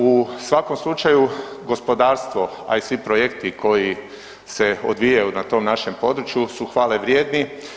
U svakom slučaju gospodarstvo, a i svi projekti koji se odvijaju na tom našem području su hvale vrijedni.